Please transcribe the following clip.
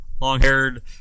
long-haired